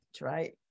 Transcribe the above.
right